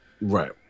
Right